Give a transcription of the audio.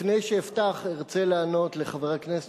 לפני שאפתח ארצה לענות לחבר הכנסת